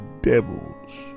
devils